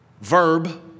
verb